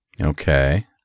Okay